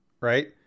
right